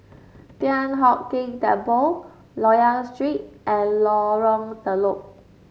Thian Hock Keng Temple Loyang Street and Lorong Telok